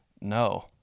No